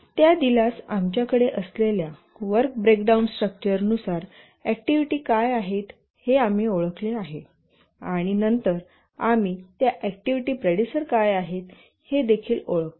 त्या दिल्यास आमच्याकडे असलेल्या वर्क ब्रेकडाउन स्ट्रक्चरनुसार ऍक्टिव्हिटी काय आहेत हे आम्ही ओळखले आहे आणि नंतर आम्ही त्या ऍक्टिव्हिटी प्रेडिसर काय आहेत हे देखील ओळखतो